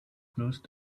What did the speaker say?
close